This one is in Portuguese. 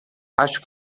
acho